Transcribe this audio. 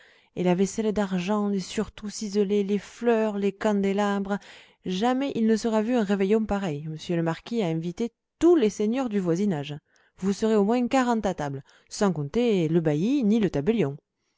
et la vaisselle d'argent les surtouts ciselés les fleurs les candélabres jamais il ne se sera vu un réveillon pareil monsieur le marquis a invité tous les seigneurs du voisinage vous serez au moins quarante à table sans compter le bailli ni le tabellion